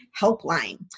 Helpline